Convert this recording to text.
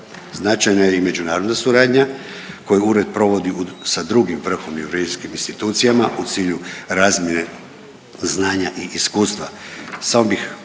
Značajna je i međunarodna suradnja koju Ured provodi sa drugim vrhovnim …/Govornik se ne razumije./... institucijama u cilju razmjene znanja i iskustva.